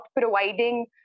providing